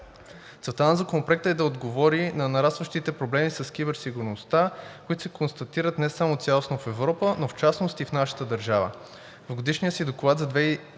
Целта на Законопроекта е да отговори на нарастващите проблеми с киберсигурността, които се констатират не само цялостно в Европа, но в частност и в нашата държава.